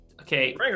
okay